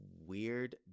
weird